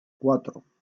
cuatro